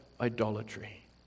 idolatry